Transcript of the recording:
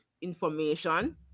information